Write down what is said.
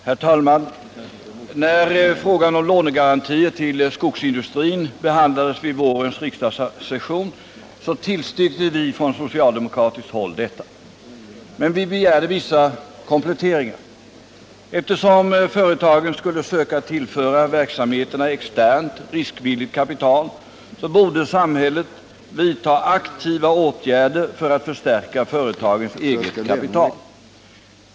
Herr talman! När frågan om lånegarantier till skogsindustrin behandlades vid vårens riksdagssession, tillstyrkte vi detta från socialdemokratiskt håll. Men vi begärde vissa kompletteringar. Eftersom företagen skulle söka tillföra verksamheterna externt riskvilligt kapital, borde samhället vidta aktiva åtgärder för att förstärka företagens eget kapital.